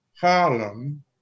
harlem